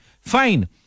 Fine